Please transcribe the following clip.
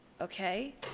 okay